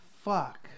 Fuck